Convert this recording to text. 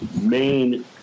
main